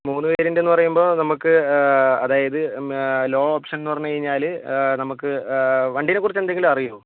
മൂന്ന് വേരിയൻറ്റെന്ന് പറയുമ്പോൾ നമുക്ക് അതായത് ലോ ഓപ്ഷൻന്ന് പറഞ്ഞ് കഴിഞ്ഞാല് നമുക്ക് വണ്ടീനെ കുറിച്ച് എന്തെങ്കിലും അറിയുമോ